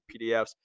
PDFs